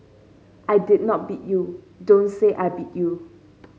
I did not beat you don't say I beat you